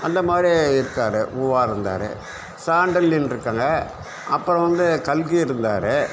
அந்த மாதிரி இருக்காரு முவா இருந்தாரு சாண்டலில் இருக்காங்கள் அப்புறம் வந்து கல்கி இருந்தாரு